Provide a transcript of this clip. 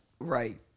Right